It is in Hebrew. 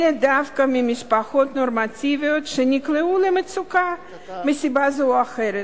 אלא דווקא ממשפחות נורמטיביות שנקלעו למצוקה מסיבה זו או אחרת.